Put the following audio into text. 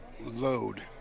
Load